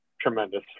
tremendous